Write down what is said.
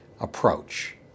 approach